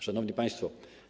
Szanowni Państwo!